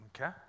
okay